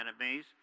enemies